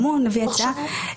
נביא הצעה.